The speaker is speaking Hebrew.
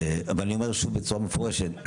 ואני אומר שוב בצורה מפורשת,